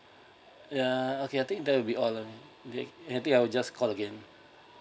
ya okay I think that will be all of it and if anything I'll just call again